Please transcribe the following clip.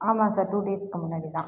ஆமாம் sir two டேஸ்க்கு முன்னாடி தான்